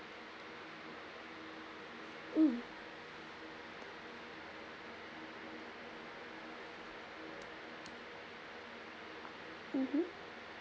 mm mmhmm